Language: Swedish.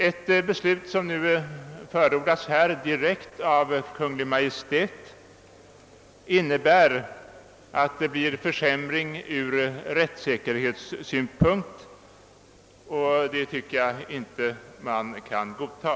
Ett beslut, som nu förordats här, direkt av Kungl. Maj:t innebär en försämring ur rättssäkerhetssynpunkt, och det tycker jag inte att man kan förorda.